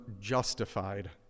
justified